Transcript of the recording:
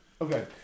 Okay